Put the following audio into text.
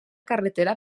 carretera